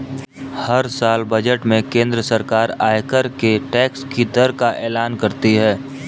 हर साल बजट में केंद्र सरकार आयकर के टैक्स की दर का एलान करती है